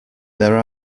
there